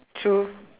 true